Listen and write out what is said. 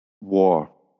war